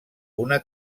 una